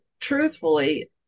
truthfully